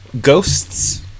Ghosts